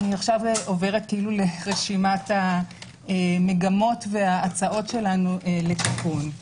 אני עכשיו עוברת לרשימת המגמות וההצעות שלנו לתיקון.